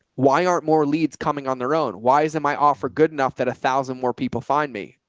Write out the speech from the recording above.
why aren't more leads coming on their own? why isn't my offer? good enough. that a thousand more people find me.